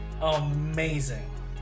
amazing